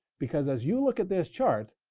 because as you look at this chart,